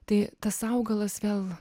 tai tas augalas vėl